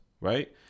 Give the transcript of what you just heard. right